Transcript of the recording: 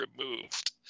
removed